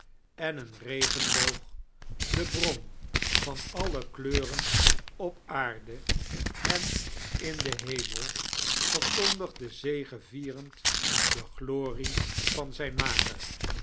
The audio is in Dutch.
en een regenboog de hron van alle kleuren op aarde en in dein hemel verkondigde zegevierend de glorie van zijn maker